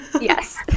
Yes